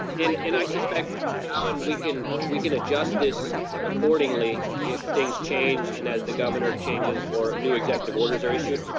and and i suspect, miss mcgowan, we can we can adjust this accordingly if things change, and as the governor changes or new executive orders are issued?